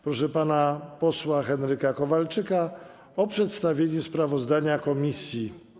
Proszę pana posła Henryka Kowalczyka o przedstawienie sprawozdania komisji.